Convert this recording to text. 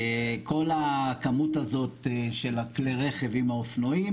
כל הכמות הזאת של כלי הרכב עם אופנועים,